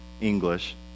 english